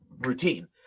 routine